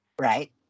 Right